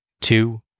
two